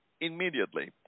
immediately